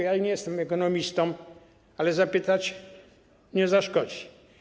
Ja nie jestem ekonomistą, ale zapytać nie zaszkodzi.